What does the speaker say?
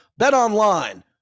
Betonline